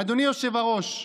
אדוני היושב-ראש,